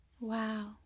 Wow